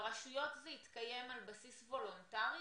ברשויות זה התקיים על בסיס וולונטרי,